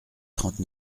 trente